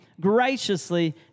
graciously